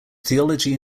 theology